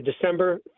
December